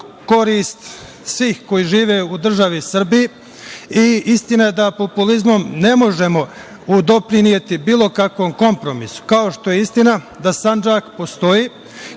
korist svih koji žive u državi Srbiji i istina je da populizmom ne možemo doprineti bilo kakvom kompromisu, kao što je istina da Sandžak postoji,